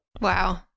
wow